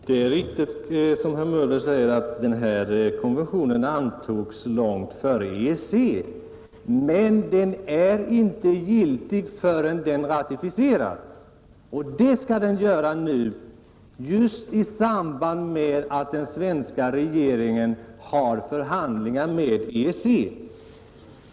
Herr talman! Det är riktigt, som herr Möller i Gävle säger, att denna konvention antogs långt innan EEC kom till. Men den är inte giltig förrän den har ratificerats, och det skall man göra nu just i samband med att den svenska regeringen förhandlar med EEC.